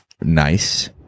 Nice